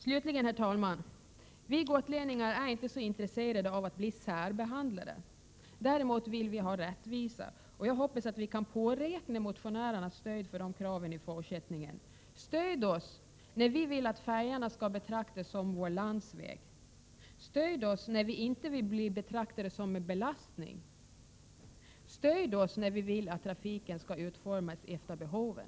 Slutligen, herr talman! Vi gotlänningar är inte särskilt intresserade av att bli särbehandlade. Däremot vill vi ha rättvisa. Jag hoppas att vi kan påräkna motionärernas stöd för sådana krav i fortsättningen. Stöd oss alltså när vi vill att färjorna skall betraktas som vår landsväg! Stöd oss när vi inte vill bli betraktade som en belastning! Stöd oss när vi vill att planeringen för trafiken skall utformas efter behoven!